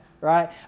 right